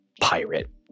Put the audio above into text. pirate